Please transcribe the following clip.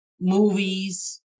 movies